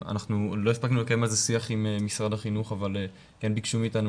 לא הספקנו לקיים על כך שיח עם משרד החינוך אבל הן ביקשו מאתנו